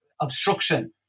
obstruction